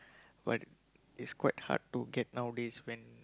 but it's quite hard to get nowadays when